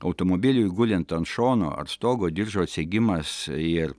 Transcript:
automobiliui gulint ant šono ant stogo diržo atsegimas ir